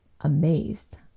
amazed